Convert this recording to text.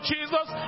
Jesus